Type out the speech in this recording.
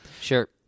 sure